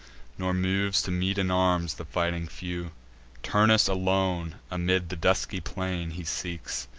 nor moves to meet in arms the fighting few turnus alone, amid the dusky plain, he seeks,